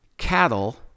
cattle